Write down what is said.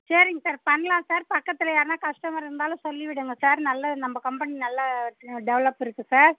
சரிங்க சார் பண்ணலாம் சார் பக்கத்தில் யாருனால் கஸ்டமர் இருந்தாலும் சொல்லி விடுங்க சார் நல்ல நம்ம கம்பெனி நல்லா டெவலப் இருக்குது சார்